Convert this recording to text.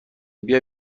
بیا